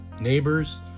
neighbors